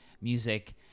music